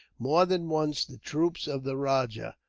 more than once the troops of the rajah,